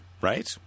right